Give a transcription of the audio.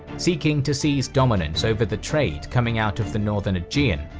seeking to seize dominance over the trade coming out of the northern aegean,